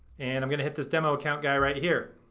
and i'm gonna hit this demo account guy right here.